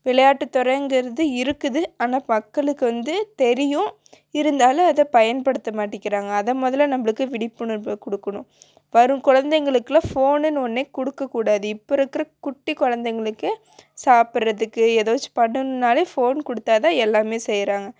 விளையாட்டுத்துறைங்கிறது இருக்குது ஆனால் மக்களுக்கு வந்து தெரியும் இருந்தாலும் அதை பயன்படுத்த மாட்டிக்கிறாங்க அதை முதல்ல நம்மளுக்கு விழிப்புணர்வ கொடுக்கணும் வரும் குழந்தைங்களுக்குலாம் ஃபோனுன் ஒன்னே கொடுக்கக்கூடாது இப்போ இருக்கிற குட்டி குழந்தைங்களுக்கே சாப்புடுறதுக்கு எதோச்சு பண்ணுன்னாலே ஃபோன் கொடுத்தாதான் எல்லாமே செய்கிறாங்க